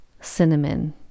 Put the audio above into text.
cinnamon